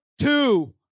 Two